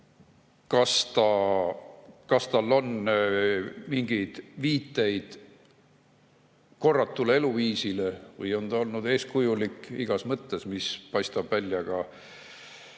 kas tal on mingeid viiteid korratule eluviisile või on ta olnud eeskujulik igas mõttes, nii et see paistab välja ka